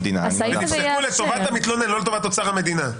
נפסקו לטובת המתלונן, לא לטובת אוצר המדינה.